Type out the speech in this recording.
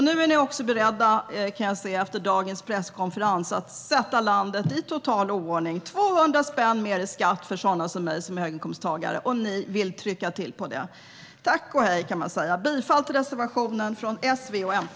Nu är ni också beredda, kan jag se efter dagens presskonferens, att sätta landet i total oordning. 200 kronor mer i skatt för sådana som jag, som är höginkomsttagare, och ni vill trycka till på det! Tack och hej, kan man säga. Jag yrkar bifall till reservationen från S, V och MP.